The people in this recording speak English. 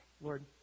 Lord